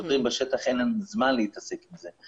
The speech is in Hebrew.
לשוטרים בשטח אין זמן להתעסק עם זה.